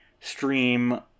stream